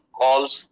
calls